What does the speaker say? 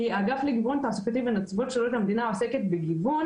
כי האגף לגיוון תעסוקתי בנציבות שירות המדינה עוסק בגיוון,